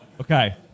Okay